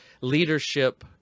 leadership